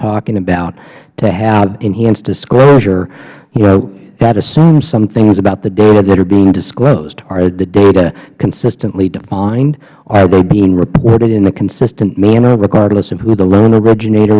talking about to have enhanced disclosure that assumes some things about the data that are being disclosed are the data consistently defined are they being reported in a consistent manner regardless of who the loan originat